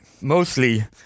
Mostly